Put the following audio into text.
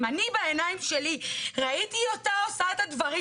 אם אני בעיניים שלי ראיתי אותה עושה את הדברים